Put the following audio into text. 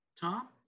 Tom